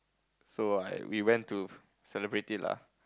so I we went to celebrate it lah